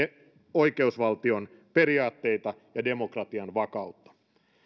oikeusvaltion periaatteita ja demokratian vakautta